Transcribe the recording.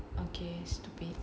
okay stupid